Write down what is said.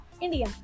India